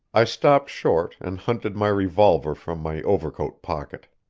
i stopped short and hunted my revolver from my overcoat pocket.